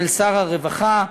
של שר הרווחה,